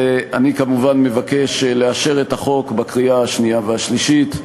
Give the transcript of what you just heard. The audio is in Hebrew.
ואני כמובן מבקש לאשר את החוק בקריאה השנייה והשלישית.